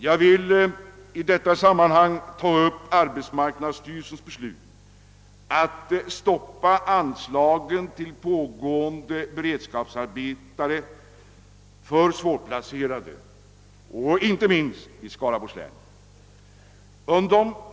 Jag vill i detta sammanhang ta upp arbetsmarknadsstyrelsens beslut att dra in anslagen till pågående beredskapsarbeten för svårplacerad arbetskraft, vilket inte minst berör Skaraborgs län.